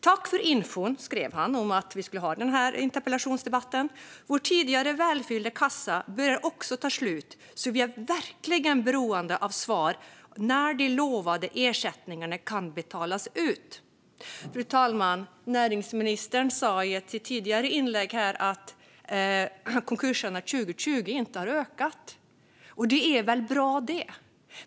När han fick veta att vi skulle ha den här interpellationsdebatten skrev han: Tack för infon! Vår tidigare välfyllda kassa börjar också ta slut. Vi är verkligen beroende av svar på när de utlovade ersättningarna kan betalas ut. Fru talman! Näringsministern sa i ett tidigare inlägg att konkurserna inte ökade under 2020. Det är väl bra.